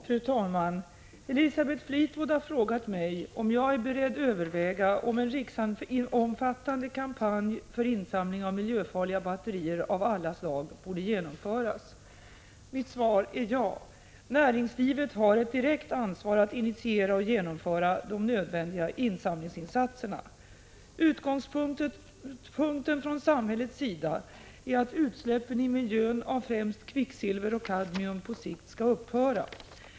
Fru talman! Elisabeth Fleetwood har frågat mig om jag är beredd överväga om en riksomfattande kampanj för insamling av miljöfarliga batterier av alla slag borde genomföras. Mitt svar är ja. Näringslivet har ett direkt ansvar att initiera och genomföra de nödvändiga insamlingsinsatserna. Utgångspunkten från samhällets sida är att utsläppen i miljön av främst kvicksilver och kadmium på sikt skall upphöra.